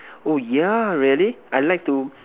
oh yeah really I like to